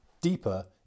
deeper